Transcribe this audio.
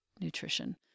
nutrition